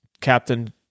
Captain